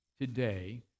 today